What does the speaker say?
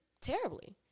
terribly